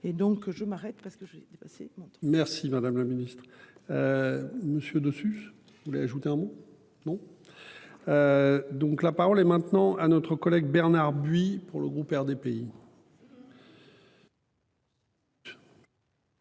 et donc que je m'arrête parce que j'ai dépassé, bon. Merci madame la ministre. Monsieur dessus je voulais ajouter un mot. Non. Donc, la parole est maintenant à notre collègue Bernard buis pour le groupe RDPI.